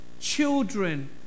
children